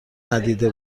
ندیده